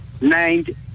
named